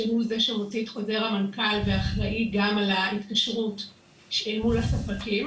שהוא זה שמוציא את חוזר המנכ"ל ואחראי גם על ההתקשרות אל מול הספקים.